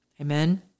Amen